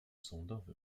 sądowym